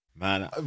man